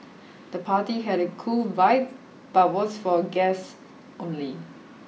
the party had a cool vibe but was for guests only